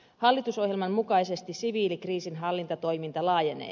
hallitusohjelman mukaisesti siviilikriisinhallintatoiminta laajenee